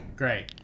great